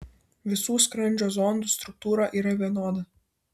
visų skrandžio zondų struktūra yra vienoda